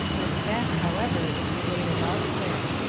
this fact however, is related elsewhere.